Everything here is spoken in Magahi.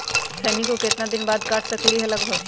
खैनी को कितना दिन बाद काट सकलिये है लगभग?